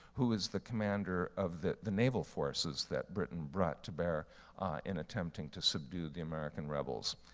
who is the commander of the the naval forces that britain brought to bear in attempting to subdue the american rebels.